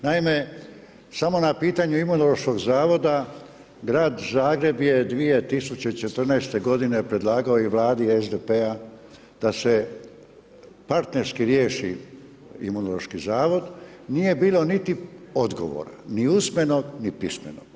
Naime, samo na pitanju Imunološkog zavoda grad Zagreb je 2014. godine predlagao i Vladi SDP-a da se partnerski riješi Imunološki zavod, nije bilo niti odgovora, ni usmenog ni pismenog.